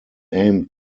aimed